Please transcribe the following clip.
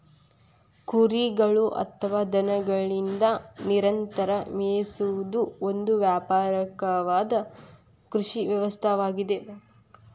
ಕುರಿಗಳು ಅಥವಾ ದನಗಳಿಂದ ನಿರಂತರ ಮೇಯಿಸುವುದು ಒಂದು ವ್ಯಾಪಕವಾದ ಕೃಷಿ ವ್ಯವಸ್ಥೆಯಾಗಿದೆ